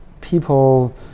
people